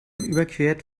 überquert